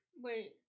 Wait